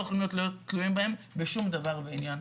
יכולים להיות תלויים בהם בשום דבר ועניין.